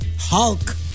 Hulk